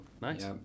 Nice